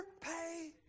pay